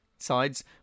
Sides